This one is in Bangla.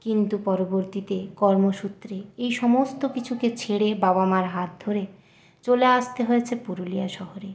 কিন্তু পরবর্তীতে কর্মসূত্রে এই সমস্ত কিছুকে ছেড়ে বাবা মার হাত ধরে চলে আসতে হয়েছে পুরুলিয়া শহরে